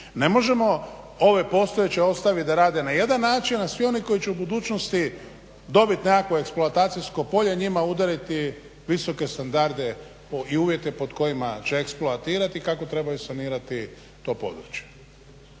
Ne možemo ove postojeće raditi na jedan način a sve one koji će u budućnosti dobiti nekakvo eksploatacijsko polje njima udariti visoke standarde i uvjete pod kojima će eksploatirati kako trebaju sanirati to područje.